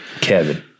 Kevin